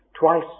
twice